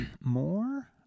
more